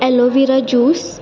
aloe vera juice